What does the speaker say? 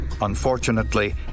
Unfortunately